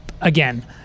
again